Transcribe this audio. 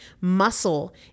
Muscle